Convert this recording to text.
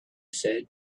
said